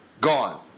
Gone